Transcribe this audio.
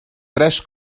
tres